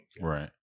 Right